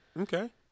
Okay